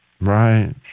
Right